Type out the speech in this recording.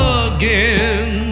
again